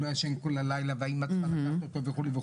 לא ישן כל הלילה והאמא צריכה לקחת אותו וכולי.